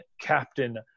captain